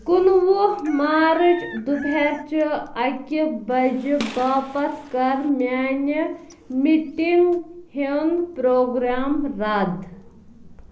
کُنہٕ وُہ مارچ دُپہیر چہِ اَکہِ بَجہِ باپتھ کَر میٛانہِ مِٹِنٛگ ہُنٛد پروگرام رَد